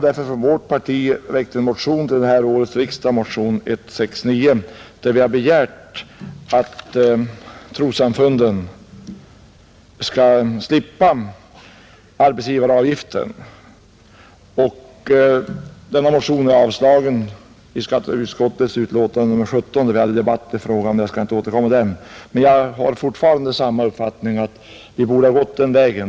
Inom vårt parti har vi därför till årets riksdag väckt en motion, nr 169, där vi begär att trossamfunden skall slippa arbetsgivaravgiften. Denna motion blev avstyrkt i skatteutskottets betänkande nr 17. Vi har haft debatt i frågan. Jag skall inte återkomma till den. Men jag har fortfarande samma uppfattning som då, nämligen att vi borde ha gått den vägen.